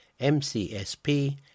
MCSP